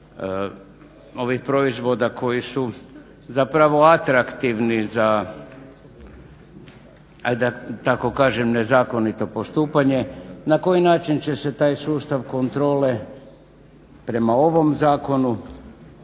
ovih proizvoda koji su zapravo atraktivni za ajde da tako kažem nezakonito postupanje, na koji način će se taj sustav kontrole prema ovom zakonu